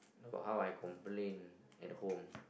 about how I complain at home